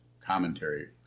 commentary